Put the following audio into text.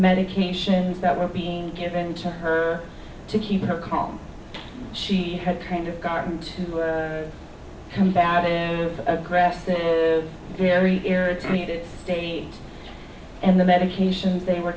medic nations that were being given to her to keep her calm she had kind of gotten to the combative aggressive very heated state and the medications they were